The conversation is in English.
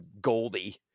Goldie